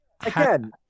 Again